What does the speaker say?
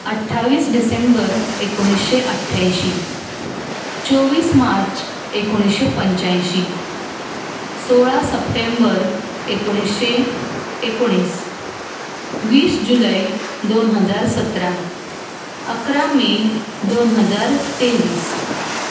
अठ्ठावीस डिसेंबर एकुणीशे अठ्यायशीं चोवीस मार्च एकुणीशे पंचायशीं सोळा सप्टेंबर एकुणीशें एकोणीस वीस जुलय दोन हजार सतरा अकरा मे दोन हजार तेवीस